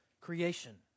creation